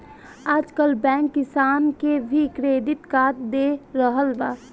आजकल बैंक किसान के भी क्रेडिट कार्ड दे रहल बा